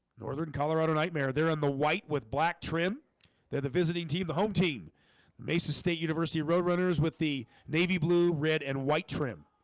northern colorado nightmare there on the white with black trim the visiting team the home team mesa state university road runners with the navy blue red and white trim